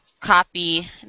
copy